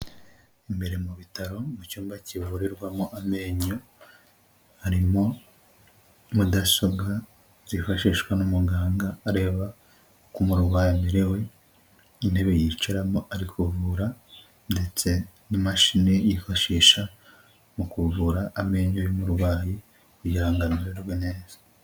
Imbere mu bitaro mu cyumba kivurirwamo amenyo harimo mudasobwa zifashishwa n'umuganga areba uku umurwayi amerewe ,intebe yicaramo ari kuvura ndetse n'imashini yifashisha mu kuvura amenyo y'umurwayi kugira ngo amererwe neza.